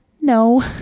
No